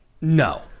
No